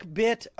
bit